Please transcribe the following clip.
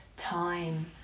time